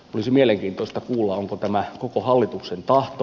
olisi mielenkiintoista kuulla onko tämä koko hallituksen tahto